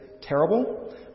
terrible